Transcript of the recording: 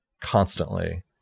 constantly